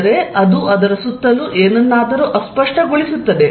ಅಂದರೆ ಅದು ಅದರ ಸುತ್ತಲೂ ಏನನ್ನಾದರೂ ಅಸ್ಪಷ್ಟಗೊಳಿಸುತ್ತದೆ